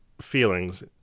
feelings